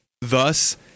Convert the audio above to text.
Thus